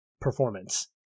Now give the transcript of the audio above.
performance